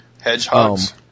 Hedgehogs